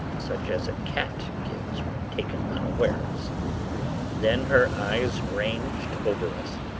such as a cat gives when taken unawares then her eyes ranged over us.